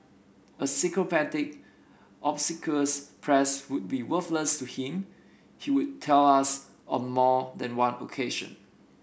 a sycophantic obsequious press would be worthless to him he would tell us on more than one occasion